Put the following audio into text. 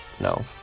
no